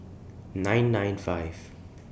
nine nine five